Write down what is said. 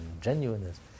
genuineness